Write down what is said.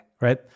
right